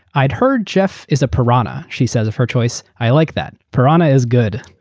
ai'd heard jeff is a piranha a she says of her choice, ai like that. piranha is good.